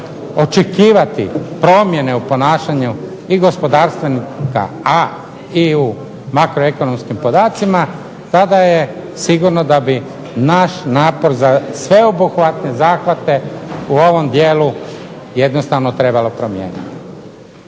očekivati promjene u ponašanju i gospodarstvenika, a i u makroekonomskim podacima, tada je sigurno da bi naš napor za sveobuhvatne zahvate u ovom dijelu jednostavno trebalo promijeniti.